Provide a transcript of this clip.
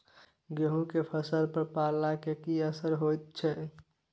गेहूं के फसल पर पाला के की असर होयत छै?